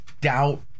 doubt